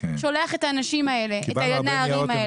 שולח את האנשים האלה, את הנערים האלה.